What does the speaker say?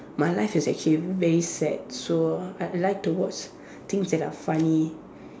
my life is actually very sad so I like to watch things that are funny